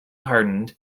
hardened